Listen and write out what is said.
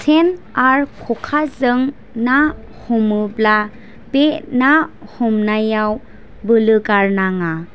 सेन आरो ख'खाजों ना हमोब्ला बे ना हमनायाव बोलो गारनाङा